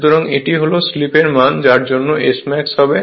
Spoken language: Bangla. সুতরাং এটি হল স্লিপের মান যার জন্য টর্ক Smax হবে